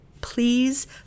Please